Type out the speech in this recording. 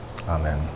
amen